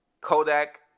Kodak